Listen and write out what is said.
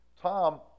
Tom